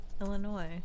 Illinois